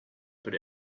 but